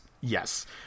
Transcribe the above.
Yes